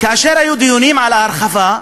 כאשר היו דיונים על ההרחבה,